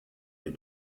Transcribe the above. den